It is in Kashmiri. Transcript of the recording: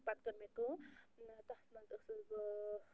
پَتہٕ کٔر مےٚ کٲم تَتھ منٛز ٲسٕس بہٕ